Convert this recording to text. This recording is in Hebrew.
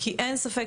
כי אין ספק,